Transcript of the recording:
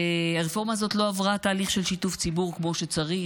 הרפורמה הזאת לא עברה תהליך של שיתוף ציבור כמו שצריך,